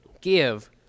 give